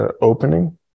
opening